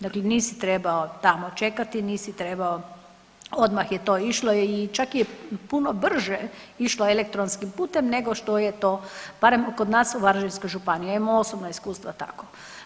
Dakle, nisi trebao tamo čekati, nisi trebao, odmah je to išlo i čak je puno brže išlo elektronskim putem nego što je to barem kod nas u Varaždinskoj županiji, ja imam osobna iskustva tako.